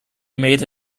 made